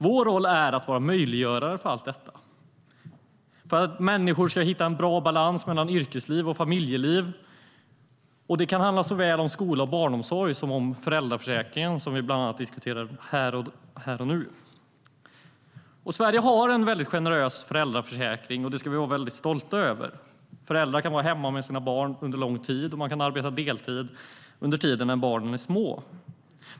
Vår roll är att vara möjliggörare för allt detta för att människor ska hitta en bra balans mellan yrkesliv och familjeliv. Det kan handla om såväl skola och barnomsorg som föräldraförsäkringen, som vi diskuterar här och nu. Sverige har en mycket generös föräldraförsäkring. Det ska vi vara mycket stolta över. Föräldrar kan vara hemma med sina barn under lång tid, och de kan arbeta deltid under den tid då barnen är små.